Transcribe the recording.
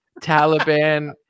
Taliban